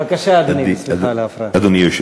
בבקשה, אדוני, סליחה על ההפרעה.